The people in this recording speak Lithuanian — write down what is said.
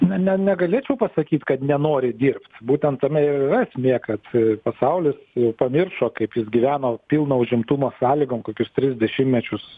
na ne negalėčiau pasakyt kad nenori dirbt būtent tame ir yra esmė kad pasaulis jau pamiršo kaip jis gyveno pilno užimtumo sąlygom kokius tris dešimtmečius